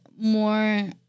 more